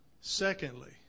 Secondly